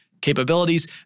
capabilities